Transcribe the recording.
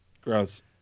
gross